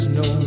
no